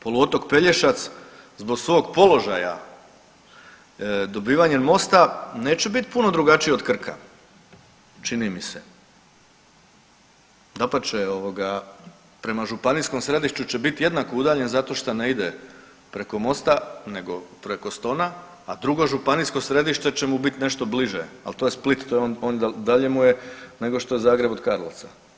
Poluotok Pelješac zbog svog položaja dobivanjem mosta neće biti puno drugačiji od Krka čini mi se, dapače prema županijskom središtu će biti jednako udaljen zato šta ne ide preko mosta nego preko Stona, a drugo županijsko središte će mu biti nešto bliže al to je Split to je onda, dalje mu je nego što je Zagreb od Karlovca.